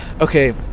okay